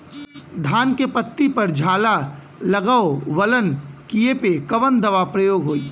धान के पत्ती पर झाला लगववलन कियेपे कवन दवा प्रयोग होई?